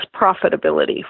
profitability